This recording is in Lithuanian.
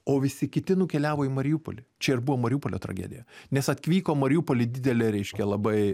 o visi kiti nukeliavo į mariupolį čia ir buvo mariupolio tragedija nes atvyko į mariupolį didelė reiškia labai